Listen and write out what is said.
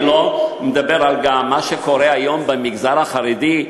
אני לא מדבר על מה שקורה היום במגזר החרדי,